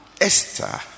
Esther